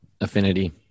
affinity